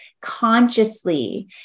consciously